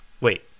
Wait